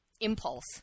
impulse